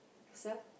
so